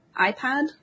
iPad